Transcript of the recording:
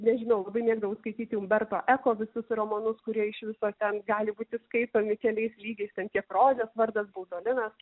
nežinau labai mėgdavau skaityti umberto eko visus romanus kurie iš viso ten gali būti skaitomi keliais lygiais ten tiek rožės vardas boudolinas